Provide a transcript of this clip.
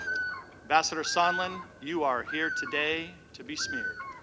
ambassador sondland you are here today to be smeared.